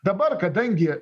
dabar kadangi